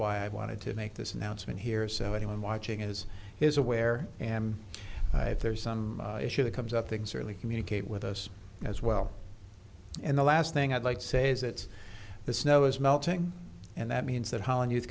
why i wanted to make this announcement here so anyone watching is is aware am i if there's some issue that comes up things really communicate with us as well and the last thing i'd like to say is that the snow is melting and that means that ho